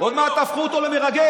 עוד מעט תהפכו אותו למרגל.